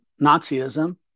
Nazism